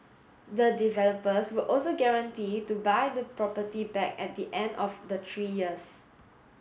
the developers would also guarantee to buy the property back at the end of the three years